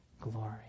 glory